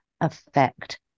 affect